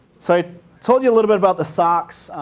so told you a little bit about the socks,